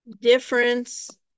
Difference